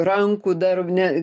rankų dar ne